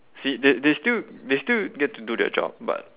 see they they still they still get to do their job but